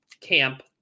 camp